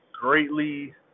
greatly